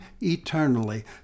eternally